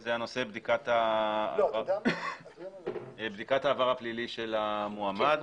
זה בדיקת העבר הפלילי של המועמד.